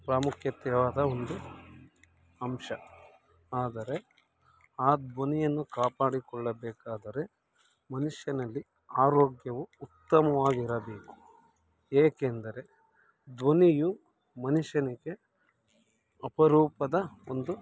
ಪ್ರಾಮುಖ್ಯತೆಯಾದ ಒಂದು ಅಂಶ ಆದರೆ ಆ ಧ್ವನಿಯನ್ನು ಕಾಪಾಡಿಕೊಳ್ಳಬೇಕಾದರೆ ಮನುಷ್ಯನಲ್ಲಿ ಆರೋಗ್ಯವು ಉತ್ತಮವಾಗಿರಬೇಕು ಏಕೆಂದರೆ ಧ್ವನಿಯು ಮನುಷ್ಯನಿಗೆ ಅಪರೂಪದ ಒಂದು